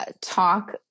talk